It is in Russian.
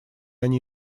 они